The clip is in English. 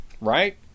Right